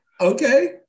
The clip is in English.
Okay